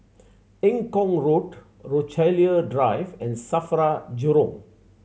Eng Kong Road Rochalie Drive and SAFRA Jurong